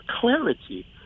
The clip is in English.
clarity